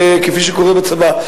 כפי שקורה בצבא.